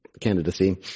candidacy